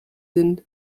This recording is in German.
sind